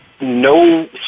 no